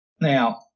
Now